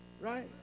right